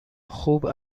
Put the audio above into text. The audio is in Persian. خوب